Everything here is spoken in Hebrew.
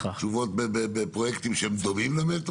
יש גורם אחד שאמור לתת תשובות בפרויקטים שדומים למטרו?